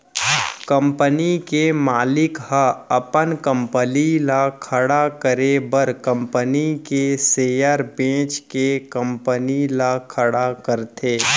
company के मालिक ह अपन कंपनी ल खड़े करे बर कंपनी के सेयर बेंच के कंपनी ल खड़ा करथे